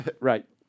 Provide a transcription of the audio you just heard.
Right